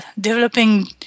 developing